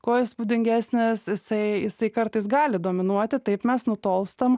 kuo įspūdingesnis jisai jisai kartais gali dominuoti taip mes nutolstam